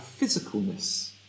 physicalness